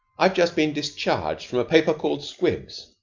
i have just been discharged from a paper called squibs.